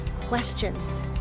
questions